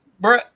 bro